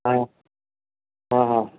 हा हा हा